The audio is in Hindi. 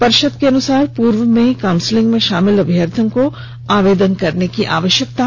पर्षद के अनुसार पूर्व में काउंसिलिंग में शामिल अभ्यर्थियों को आवेदन करने की आवश्यकता नहीं है